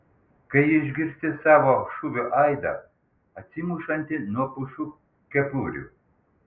kai išgirsti savo šūvio aidą atsimušantį nuo pušų kepurių